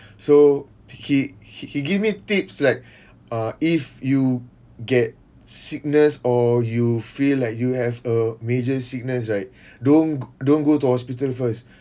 so he he he give me tips like uh if you get sickness or you feel like you have a major sickness right don't don't go to hospital first